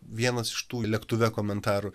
vienas iš tų lėktuve komentarų